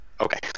Okay